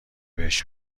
بهش